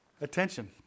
Attention